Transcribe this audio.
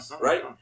right